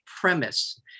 premise